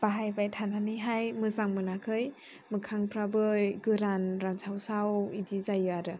बाहायबाय थानानै मोजां मोनाखै मोखांफोराबो गोरान रानस्रावसाव बिदि जायो आरो